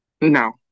no